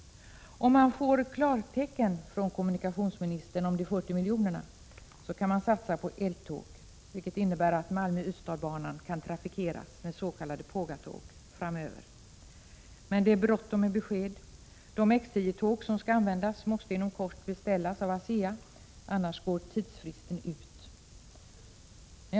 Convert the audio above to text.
Om man skulle få klartecken från kommunikationsministern om de 40 miljonerna kunde man satsa på eltåg, vilket skulle innebära att Malmö Ystad-banan kunde trafikeras med s.k. pågatåg framöver. Men det är bråttom med besked. De X 10-tåg som skall användas måste inom kort beställas hos ASEA innan tidsfristen går ut.